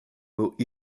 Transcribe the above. mots